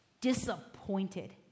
disappointed